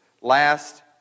Last